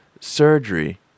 surgery